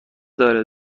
داره